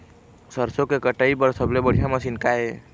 सरसों के कटाई बर सबले बढ़िया मशीन का ये?